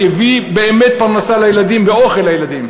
שהביאה באמת פרנסה לילדים ואוכל לילדים,